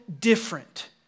different